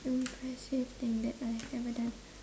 impressive thing that I've ever done